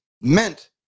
meant